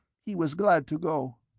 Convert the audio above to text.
he was glad to go.